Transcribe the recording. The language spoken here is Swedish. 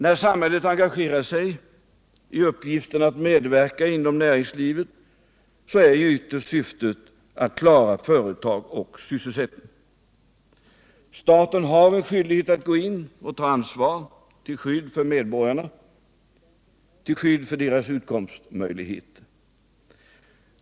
När samhället engagerar sig i uppgiften att medverka inom 121 näringslivet är ju syftet ytterst att bevara företag och sysselsättning. Staten har skyldighet att gå in i företagen och ta ansvar till skydd för medborgarna och deras utkomstmöjligheter.